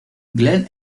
glenn